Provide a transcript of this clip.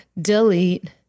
Delete